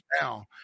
now